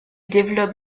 développe